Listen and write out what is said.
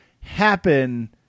happen